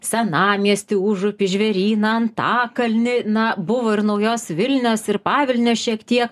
senamiestį užupį žvėryną antakalnį na buvo ir naujos vilnios ir pavilnio šiek tiek